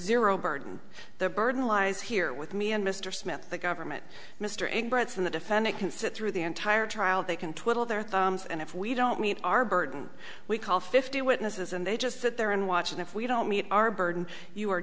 zero burden the burden lies here with me and mr smith the government mr and brits and the defendant can sit through the entire trial they can twiddle their thumbs and if we don't meet our burden we call fifty witnesses and they just sit there and watch and if we don't meet our burden you are